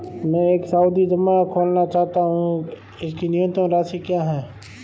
मैं एक सावधि जमा खोलना चाहता हूं इसकी न्यूनतम राशि क्या है?